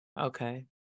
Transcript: Okay